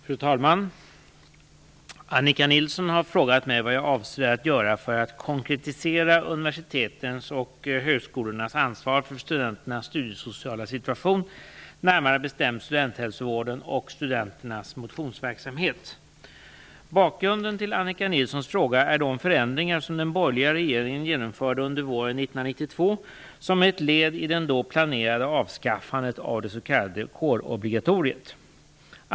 Fru talman! Annika Nilsson har frågat mig vad jag avser att göra för att konkretisera universitetens och högskolornas ansvar för studenternas studiesociala situation, närmare bestämt studenthälsovården och studenternas motionsverksamhet. Bakgrunden till Annika Nilssons fråga är de förändringar som den borgerliga regeringen genomförde under våren 1992 som ett led i det då planerade avskaffandet av det s.k. kårobligatoriet.